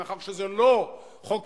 מאחר שזה לא חוק-יסוד,